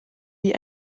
wie